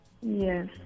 yes